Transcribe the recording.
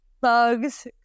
bugs